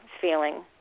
Feeling